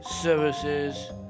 services